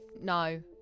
No